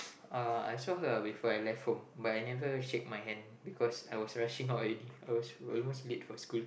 uh I saw her before I left home but I never shake my hand because I was rushing out already I was almost late for school